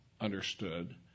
understood